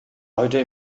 heute